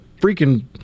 freaking